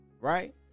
Right